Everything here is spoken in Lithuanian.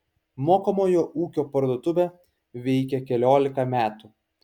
mokomojo ūkio parduotuvė veikia keliolika metų